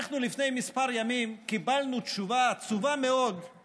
לפני כמה ימים קיבלנו תשובה עצובה מאוד על